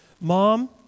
mom